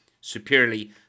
Superiorly